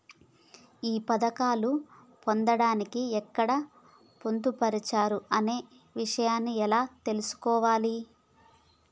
ఈ పథకాలు పొందడానికి ఎక్కడ పొందుపరిచారు అనే విషయాన్ని ఎలా తెలుసుకోవాలి?